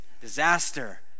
disaster